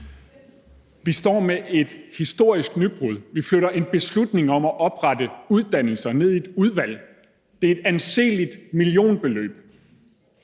Vi står med et historisk nybrud: Vi flytter en beslutning om at oprette uddannelser – til et anseligt millionbeløb